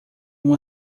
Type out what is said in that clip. uma